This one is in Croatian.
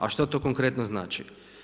A što to konkretno znači?